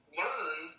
learn